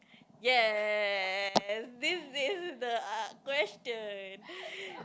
yes this is the question